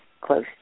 close